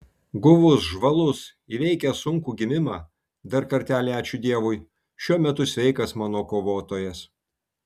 guvus žvalus įveikęs sunkų gimimą dar kartelį ačiū dievui šiuo metu sveikas mano kovotojas